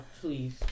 please